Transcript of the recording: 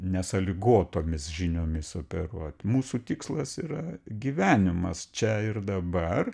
nesąlygotomis žiniomis operuot mūsų tikslas yra gyvenimas čia ir dabar